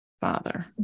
father